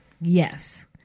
Yes